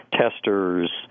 testers